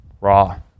raw